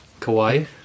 Kawaii